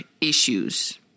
issues